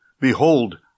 Behold